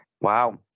Wow